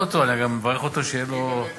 כל כך הרבה פתוס, כל כך הרבה צעקות,